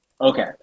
Okay